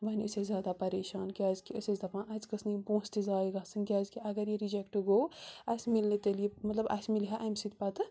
وۄنۍ ٲسۍ أسۍ زیادہ پریشان کیٛازکہِ أسۍ ٲسۍ دَپان اَسہِ گٔژھ نہٕ یِم پونٛسہٕ تہِ ضایع گژھٕنۍ کیٛازکہِ اَگر یہِ رِجٮ۪کٹ گوٚو اَسہِ مِلنہِ تیٚلہِ یہِ مطلب اَسہِ مِلہِ ہا اَمہِ سۭتۍ پَتہٕ